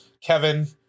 Kevin